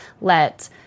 let